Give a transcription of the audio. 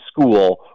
school